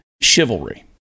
chivalry